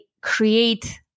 create